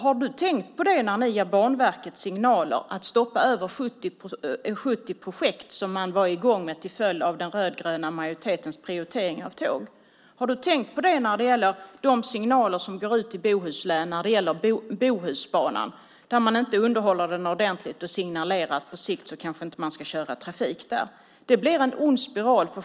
Har du tänkt på det när ni ger Banverket signaler att stoppa över 70 projekt som man var i gång med till följd av den rödgröna majoritetens prioritering av tåg? Har du tänkt på det när det gäller de signaler som går ut till Bohuslän om Bohusbanan? Man kan inte underhålla den ordentligt och signalerar om att på sikt kanske inte köra trafik där. Det blir en ond spiral.